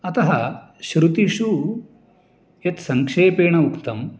अतः श्रुतिषु यत् संक्षेपेण उक्तं